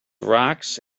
rocks